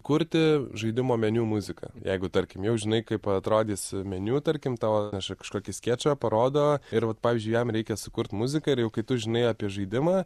kurti žaidimo meniu muziką jeigu tarkim jau žinai kaip atrodys meniu tarkim tau atneša kažkokį skėčio parodo ir vat pavyzdžiui jam reikia sukurt muziką ir jau kai tu žinai apie žaidimą